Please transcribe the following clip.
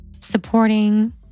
supporting